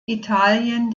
italien